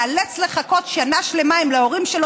לא ייאלץ לחכות שנה שלמה אם להורים שלו